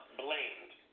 blamed